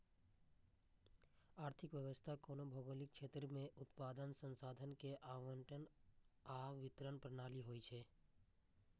आर्थिक व्यवस्था कोनो भौगोलिक क्षेत्र मे उत्पादन, संसाधन के आवंटन आ वितरण प्रणाली होइ छै